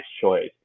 choice